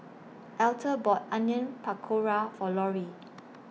Alta bought Onion Pakora For Lorri